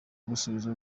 gusubiza